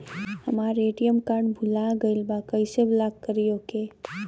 हमार ATM card भूला गईल बा कईसे ब्लॉक करी ओके?